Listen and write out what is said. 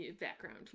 background